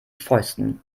fäusten